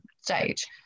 stage